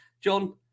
John